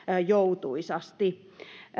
joutuisasti